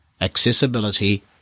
accessibility